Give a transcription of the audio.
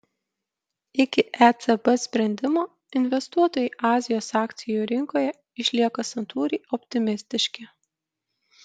iki ecb sprendimo investuotojai azijos akcijų rinkoje išlieka santūriai optimistiški